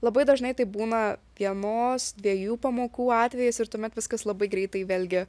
labai dažnai tai būna vienos dviejų pamokų atvejais ir tuomet viskas labai greitai vėlgi